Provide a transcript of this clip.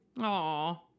Aw